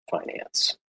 finance